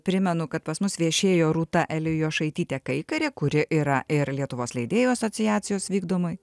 primenu kad pas mus viešėjo rūta elijošaitytė kaikarė kuri yra ir lietuvos leidėjų asociacijos vykdomoji